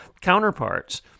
counterparts